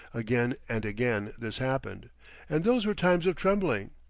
again and again this happened and those were times of trembling.